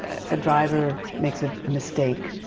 a driver makes ah a mistake,